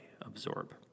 absorb